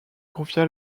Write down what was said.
confia